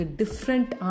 different